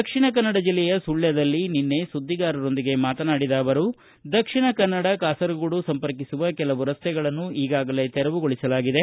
ದಕ್ಷಿಣ ಕನ್ನಡ ಜಿಲ್ಲೆಯ ಸುಳ್ದದಲ್ಲಿ ನಿನ್ನೆ ಸುದ್ದಿಗಾರರೊಂದಿಗೆ ಮಾತನಾಡಿದ ಅವರು ದಕ್ಷಿಣ ಕನ್ನಡ ಕಾಸರಗೋಡು ಸಂಪರ್ಕಿಸುವ ಕೆಲವು ರಸ್ತೆಗಳನ್ನು ಈಗಾಗಲೇ ತೆರವುಗೊಳಿಸಲಾಗಿದೆ